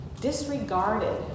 disregarded